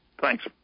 Thanks